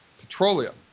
petroleum